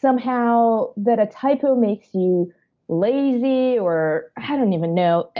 somehow that a typo makes you lazy or i don't even know.